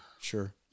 sure